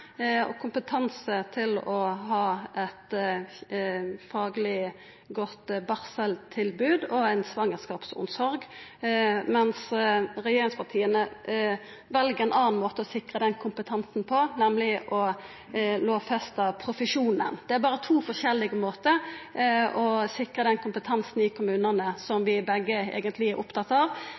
og kompetanse til å ha eit fagleg godt barseltilbod og ei svangerskapsomsorg, medan regjeringspartia vel ein annan måte å sikra kompetansen på, nemleg å lovfesta profesjonen. Det er berre to forskjellige måtar å sikra den kompetansen i kommunane som vi begge eigentleg er opptatt av.